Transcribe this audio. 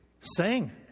Sing